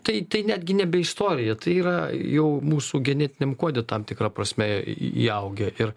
tai tai netgi nebe istorija tai yra jau mūsų genetiniam kode tam tikra prasme įaugę ir